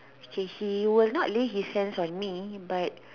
he will not leave his hands on me but